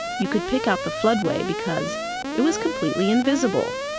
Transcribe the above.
you could pick out the floodway because it was completely invisible.